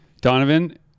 donovan